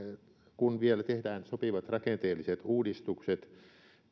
kun vielä tehdään sopivat rakenteelliset uudistukset